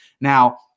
now